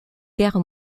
guerre